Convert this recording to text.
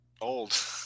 old